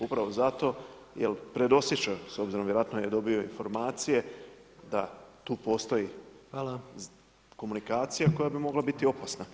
Upravo zato, jer predosjećaju, s obzirom, vjerojatno je dobio informacije, da tu postoji komunikacija koja bi mogla biti opasna.